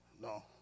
No